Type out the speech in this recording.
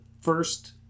first